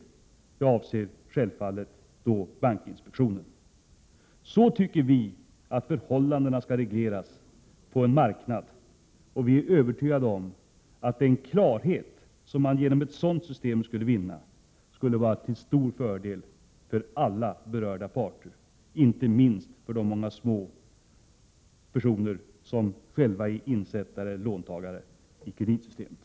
Jag avser självfallet då bankinspektionen. Så tycker vi att förhållandena skall regleras på en marknad, och vi är övertygade om att den klarhet som man genom ett sådant system skulle vinna skulle vara till stor fördel för alla berörda parter, inte minst för de många vanliga personer som är insättare eller låntagare i kreditsystemet.